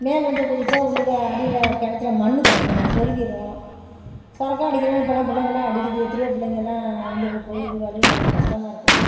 மேலே இருந்து குதித்தா உள்ளுக்கு அடியில் கிணத்துல மண் கிடக்கும் சொருவிடும் சொரக்கா அடிக்கிறேன்னு இப்போல்லாம் பிள்ளைங்கெல்லாம் அடிக்கிது எத்தனையோ பிள்ளைங்கெல்லாம் உள்ளுக்குப் போயிடுது வெளியே வர்றது கஷ்டமாக இருக்குது